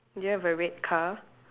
do you have a red car